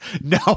No